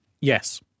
Yes